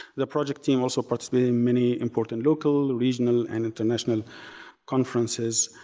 the project team also participates in many important local, regional and international conferences